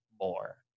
more